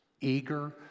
eager